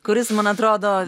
kuris man atrodo